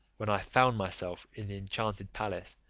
when i found myself in the enchanted palace,